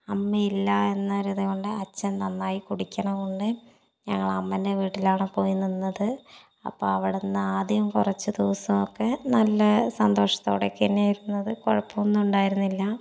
അമ്മയില്ല എന്നൊരിത് കൊണ്ട് അച്ഛൻ നന്നായി കുടിക്കണതു കൊണ്ട് ഞങ്ങൾ അമ്മൻ്റെ വീട്ടിലാണ് പോയി നിന്നത് അപ്പം അവിടെ നിന്ന് ആദ്യം കുറച്ച് ദിവസമൊക്കെ നല്ല സന്തോഷത്തോടെയൊക്കെത്തന്നെ ഇരുന്നത് കുഴപ്പം ഉണ്ടായിരുന്നില്ല